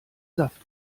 saft